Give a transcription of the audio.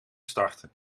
starten